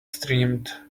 streamed